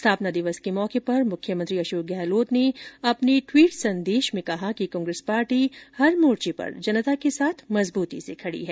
स्थापना दिवस के मौके पर मुख्यमंत्री अशोक गहलोत ने अपने ट्वीट संदेश में कहा कि कांग्रेस पार्टी हर मोर्चे पर जनता के साथ मजबूती से खड़ी है